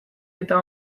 eta